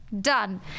done